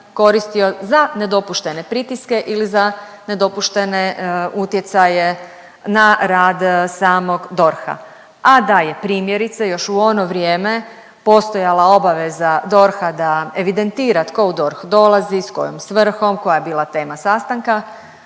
koristio za nedopuštene pritiske ili za nedopuštene utjecaje na rad samog DORH-a, a da je primjerice još u ono vrijeme postojala obveza DORH-a da evidentira tko u DORH dolazi, s kojom svrhom, koja je bila tema sastanka,